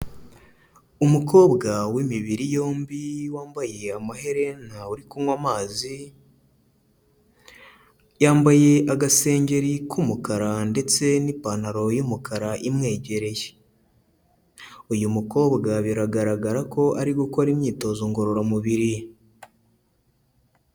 Umukobwa w'imibiri yombi wambaye amaherena uri kunywa amazi, yambaye agasengeri k'umukara ndetse n'ipantaro y'umukara imwegereye. Uyu mukobwa biragaragara ko ari gukora imyitozo ngororamubiri.